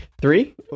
Three